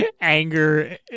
anger